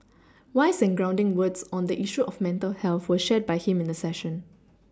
wise and grounded words on the issue of mental health were shared by him in the session